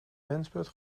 wensput